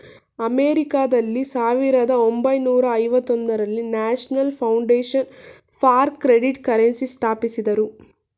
ಅಮೆರಿಕಾದಲ್ಲಿ ಸಾವಿರದ ಒಂಬೈನೂರ ಐವತೊಂದರಲ್ಲಿ national foundation for credit council ಸ್ಥಾಪಿಸಿದರು